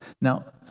Now